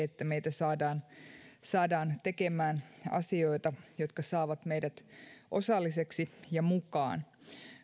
että meitä saadaan tekemään asioita jotka saavat meidät osallisiksi ja mukaan